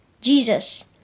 Jesus